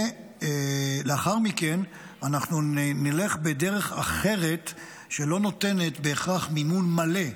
ולאחר מכן אנחנו נלך בדרך אחרת שלא נותנת בהכרח מימון מלא,